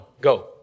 go